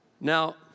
Now